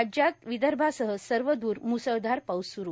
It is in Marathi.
राज्यात विदर्भासह सर्वदूर मुसळधार पाऊस सुरू